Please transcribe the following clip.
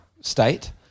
state